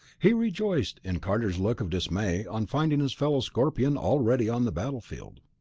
he rejoiced in carter's look of dismay on finding his fellow-scorpion already on the battlefield.